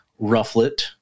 rufflet